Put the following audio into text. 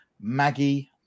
Maggie